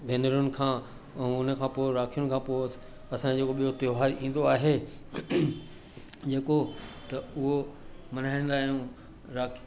भेनरुनि खां ऊअं उन खां पोइ राखिनि खां पोइ असांजो जेको ॿियो त्योहार ईंदो आहे जेको त उहो मल्हाईंदा आहियूं राखी